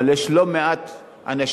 אבל יש לא מעט אנשים,